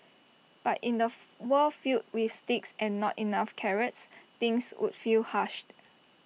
but in A world filled with sticks and not enough carrots things would feel harsh